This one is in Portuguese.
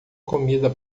comida